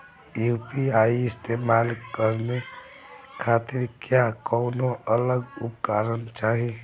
UPI इस्तेमाल करने खातिर क्या कौनो अलग उपकरण चाहीं?